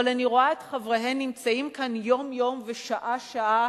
אבל אני רואה את חבריהן נמצאים כאן יום יום ושעה שעה,